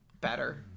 better